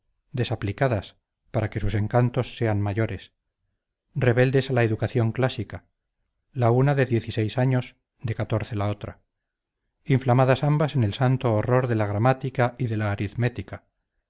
desaplicadas para que sus encantos sean mayores rebeldes a la educación clásica la una de diez y seis años de catorce la otra inflamadas ambas en el santo horror de la gramática y de la aritmética